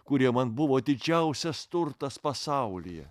kurie man buvo didžiausias turtas pasaulyje